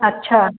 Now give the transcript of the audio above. अच्छा